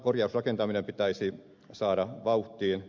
korjausrakentaminen pitäisi saada vauhtiin